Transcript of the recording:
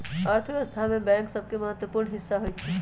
अर्थव्यवस्था में बैंक सभके महत्वपूर्ण हिस्सा होइ छइ